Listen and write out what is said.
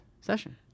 session